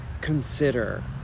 consider